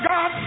God